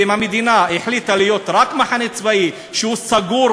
ואם המדינה החליטה להיות רק מחנה צבאי שהוא סגור